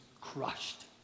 crushed